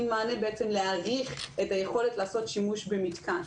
מאפשרים להאריך את היכולת לעשות שימוש במתקן,